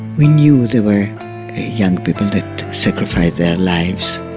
we knew there were young people that sacrificed their lives,